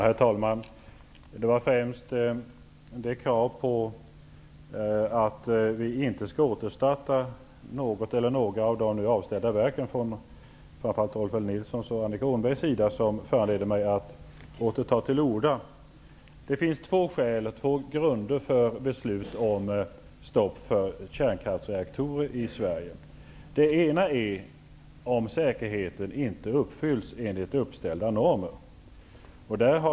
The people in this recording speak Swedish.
Herr talman! Det är främst Rolf L Nilsons och Annika Åhnbergs krav på att vi inte skall återstarta något eller några av de nu avställda verken som föranledde mig att åter ta till orda. Det finns två grunder för beslut om stopp för kärnkraftsreaktorer i Sverige. Den ena är om säkerheten inte uppfylls enligt uppställda normer.